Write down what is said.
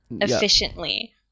efficiently